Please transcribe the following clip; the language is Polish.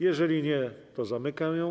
Jeżeli nie, to zamykam ją.